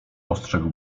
ostrzegł